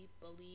believe